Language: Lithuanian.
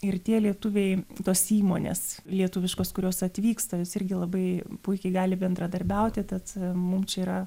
ir tie lietuviai tos įmonės lietuviškos kurios atvyksta irgi labai puikiai gali bendradarbiauti tad mum čia yra